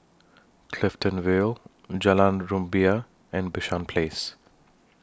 Clifton Vale Jalan Rumbia and Bishan Place